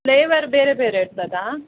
flavour ಬೇರೆ ಬೇರೆ ಇರ್ತದ